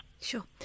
Sure